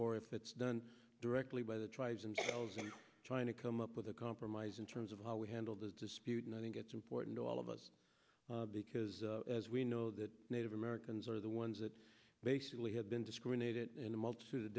or if it's done directly by the tribes and trying to come up with a compromise in terms of how we handled the dispute and i think it's important to all of us because as we know that native americans are the ones that basically have been discriminated in a multitude of